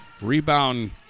Rebound